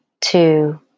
Two